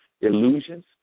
illusions